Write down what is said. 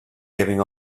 giving